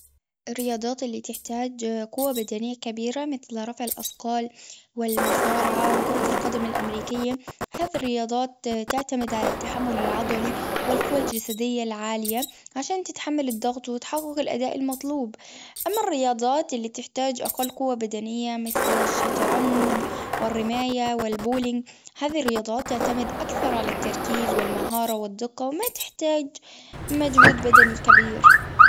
الرياضيات اللي تحتاج قوة بدنية كبيرة، مثل رفع الأثقال، والمصارعة، وكرة القدم الأمريكية. هذه الرياضات تعتمد على التحمل العضلي، والقوى الجسدية العالية، عشان تتحمل الضغط، وتحقق الأداء المطلوب. أما الرياضات التي تحتاج أقل قوة بدنية، مثل الشطرنج، والرماية، والبولينج. هذه الرياضات تعتمد أكثر على التركيز، والمهارة والدقة، وما تحتاج مجهود بدني كبير.